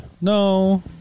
No